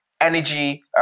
energy